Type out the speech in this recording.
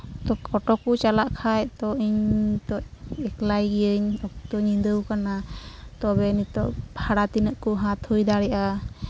auto ᱠᱚ ᱪᱟᱞᱟᱜ ᱠᱷᱟᱡ ᱤᱧ ᱱᱤᱛᱚᱜ ᱮᱠᱞᱟ ᱜᱤᱭᱟᱹᱧ ᱚᱠᱛᱚ ᱧᱤᱫᱟᱹᱣ ᱠᱟᱱᱟ ᱛᱚᱵᱮ ᱱᱤᱛᱚᱜ ᱵᱷᱟᱲᱟ ᱛᱤᱱᱟᱹᱜ ᱠᱚ ᱦᱟᱛᱟᱣ ᱦᱩᱭ ᱫᱟᱲᱮᱭᱟᱜᱼᱟ